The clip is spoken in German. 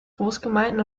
großgemeinden